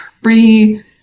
free